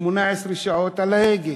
18 שעות על ההגה.